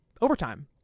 overtime